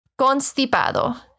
Constipado